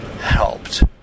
helped